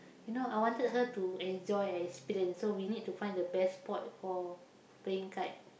you know I wanted her to enjoy experience so we need to find the best spot for playing kite